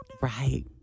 right